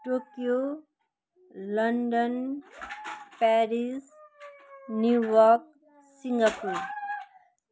Tokyo London Paris New York Singapore